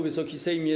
Wysoki Sejmie!